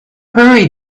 hurry